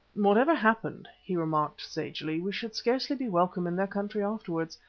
whatever happened, he remarked sagely, we should scarcely be welcome in their country afterwards,